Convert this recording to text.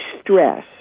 stress